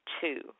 Two